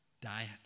diet